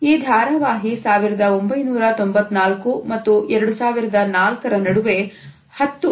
ಈ ದಾರವಾಹಿ 1994 ಮತ್ತು 2004ರ ನಡುವೆ 10 season ಗಳಲ್ಲಿ ಪ್ರಸಾರವಾಯಿತು